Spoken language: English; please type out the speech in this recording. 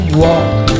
walk